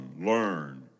learn